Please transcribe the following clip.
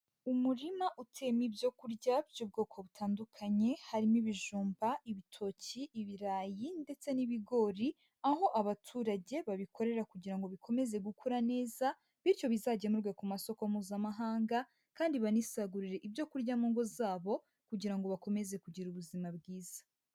Umurima uteyemo ibyo kurya by'ubwoko butandukanye harimo ibijumba, ibitoki, ibirayi ndetse n'ibigori, aho abaturage babikorera kugira ngo bikomeze gukura neza, bityo bizagemurwe ku masoko mpuzamahanga kandi banisagurire ibyo kurya mu ngo zabo kugira ngo bakomeze kugira ubuzima bwiza.